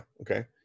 Okay